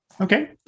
Okay